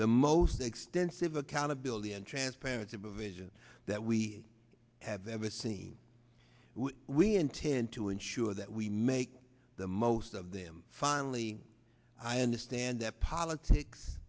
the most extensive accountability and transparency provisions that we have ever seen we intend to ensure that we make the most of them finally i understand that politics